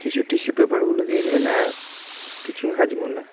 কিছু টিসু পেপারগুলো দিয়ে দেবেন আর কিছু হাজমোলা